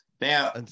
Now